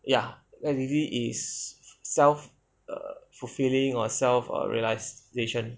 ya that usually is self err fulfilling or self err realisation